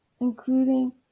including